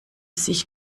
sich